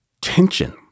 tension